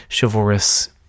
chivalrous